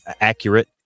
accurate